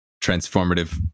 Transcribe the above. transformative